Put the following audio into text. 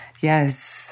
Yes